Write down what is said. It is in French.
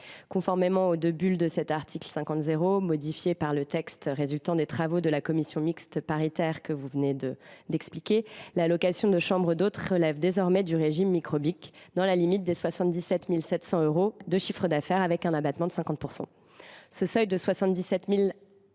Conformément au 2° du 1. de cet article 50 0, modifié par le texte résultant des travaux de la commission mixte paritaire, la location de chambres d’hôtes relève désormais du régime micro BIC dans la limite de 77 700 euros de chiffre d’affaires, avec un abattement de 50 %.